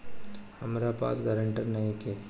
हमरा पास ग्रांटर नइखे?